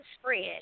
spread